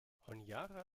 honiara